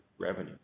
revenue